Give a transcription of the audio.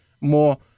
more